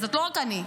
לא רק אני.